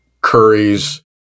curries